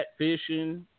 Catfishing